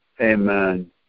Amen